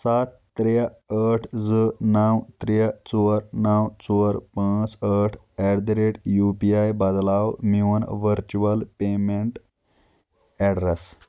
ستھ ترٛےٚ ٲٹھ زٕ نو ترٛےٚ شور نو ژور پانٛژھ ٲٹھ at the rate U P I بدلاو میون ؤرچُول پیٚمنٛٹ اٮ۪ڈرس